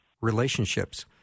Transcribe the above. relationships